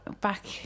back